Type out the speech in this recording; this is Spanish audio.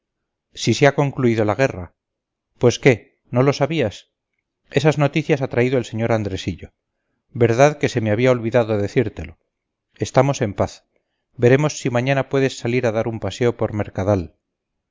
si se ha concluido la guerra pues qué no lo sabías esas noticias ha traído el sr andresillo verdad que se me había olvidado decírtelo estamos en paz veremos si mañana puedes salir a dar un paseo por mercadal